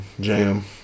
jam